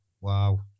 Wow